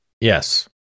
Yes